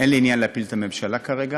אין לי עניין להפיל את הממשלה כרגע,